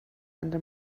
under